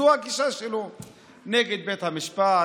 זו הגישה שלו נגד בית המשפט,